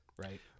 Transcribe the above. Right